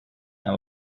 and